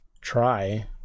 try